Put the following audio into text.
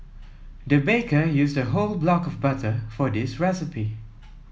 the baker used a whole block of butter for this recipe